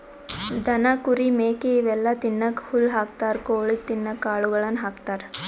ದನ ಕುರಿ ಮೇಕೆ ಇವೆಲ್ಲಾ ತಿನ್ನಕ್ಕ್ ಹುಲ್ಲ್ ಹಾಕ್ತಾರ್ ಕೊಳಿಗ್ ತಿನ್ನಕ್ಕ್ ಕಾಳುಗಳನ್ನ ಹಾಕ್ತಾರ